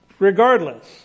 Regardless